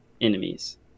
enemies